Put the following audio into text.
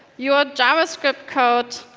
your javascript code,